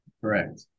Correct